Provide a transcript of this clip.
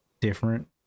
different